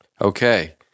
Okay